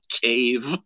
cave